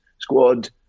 squad